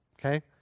okay